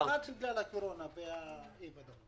הוא מקבל באופן אוטומטי?